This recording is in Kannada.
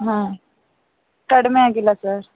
ಹಾಂ ಕಡಿಮೆ ಆಗಿಲ್ಲ ಸರ್